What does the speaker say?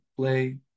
play